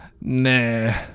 Nah